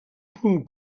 punt